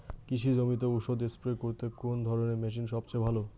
কৃষি জমিতে ওষুধ স্প্রে করতে কোন ধরণের মেশিন সবচেয়ে ভালো?